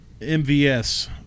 MVS